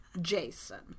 jason